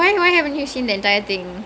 wait but ya